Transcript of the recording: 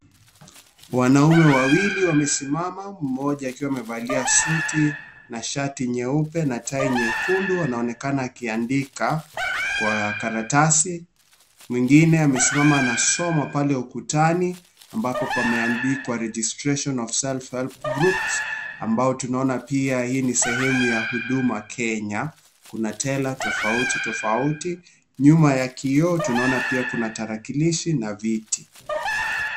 Wanaume wawili wamesimama mmoja akiwa amevalia suti na shati nyeupe na tai nyekundu anaonekana akiandika kwa karatasi mwingine amesimama anasoma pale ukutani ambapo pameandikwa registration of self help groups ambao tunaona pia hii ni sehemu ya Huduma Kenya. Kuna tela tofauti tofauti nyuma ya kioo tunaona pia kuna tarakilishi na viti.